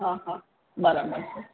હ હ બરાબર છે